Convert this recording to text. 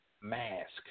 Mask